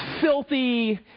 filthy